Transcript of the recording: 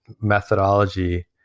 methodology